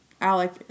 Alec